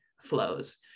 flows